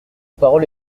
parole